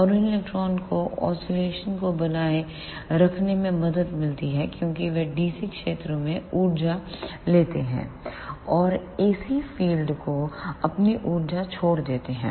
और उन इलेक्ट्रॉनों को ओसीलेशन को बनाए रखने में मदद मिलती है क्योंकि वे डीसी क्षेत्रों से ऊर्जा लेते हैं और AC फिल्ड को अपनी ऊर्जा छोड़ देते हैं